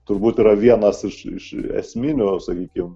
turbūt yra vienas iš iš esminių sakykim